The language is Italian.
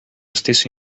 stesso